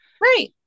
right